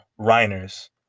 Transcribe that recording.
Reiner's